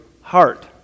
heart